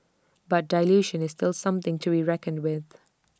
but dilution is still something to reckoned with